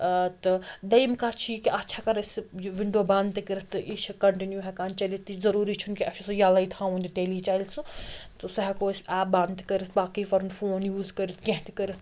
ٲں تہٕ دوٚیِم کَتھ چھِ یہِ کہِ اَتھ چھِ ہیٚکان أسۍ یہِ وِنڈو بنٛد تہِ کٔرِتھ تہٕ یہِ چھِ کَنٹِنِو ہیٚکان چٔلِتھ یہِ ضُروٗری چھُنہٕ کہِ اسہِ چھُ سُہ یَلَے تھاوُن یہِ تیلی چَلہِ سُہ تہٕ سُہ ہیٚکو أسۍ ایپ بَنٛد تہِ کٔرِتھ باقٕے پَنُن فون یوٗز کٔرِتھ کیٚنٛہہ تہِ کٔرِتھ